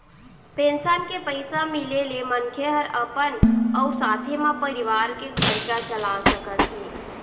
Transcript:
pension के पइसा मिले ले मनखे हर अपन अउ साथे म परवार के खरचा चला सकत हे